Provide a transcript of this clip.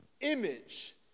image